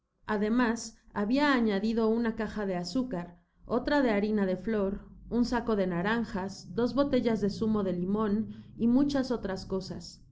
ademas habia añadido una caja de azúcar otra de harina de flor un saco de naranjas dos botellas de zumo de limon y muchas otras cosas